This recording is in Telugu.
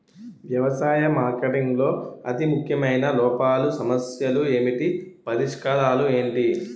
వ్యవసాయ మార్కెటింగ్ లో అతి ముఖ్యమైన లోపాలు సమస్యలు ఏమిటి పరిష్కారాలు ఏంటి?